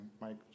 Mike